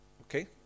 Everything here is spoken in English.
Okay